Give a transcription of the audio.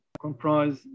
comprise